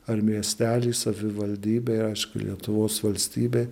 ar miestely savivaldybėj aišku lietuvos valstybėj